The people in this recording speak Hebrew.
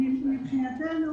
מבחינתנו